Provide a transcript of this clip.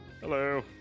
hello